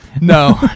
no